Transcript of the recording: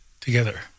together